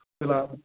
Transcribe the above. فِلحال